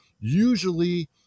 Usually